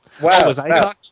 Wow